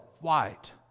white